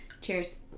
Cheers